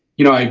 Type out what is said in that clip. you know,